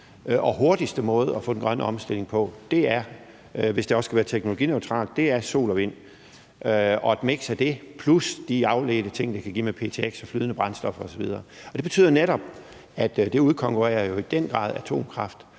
og hurtigste måde at få den grønne omstilling på – hvis det også skal være teknologineutralt – er sol og vind og et miks af det plus de afledte ting, det kan give med ptx og flydende brændstof osv. Det betyder netop, at det i den grad udkonkurrerer atomkraft.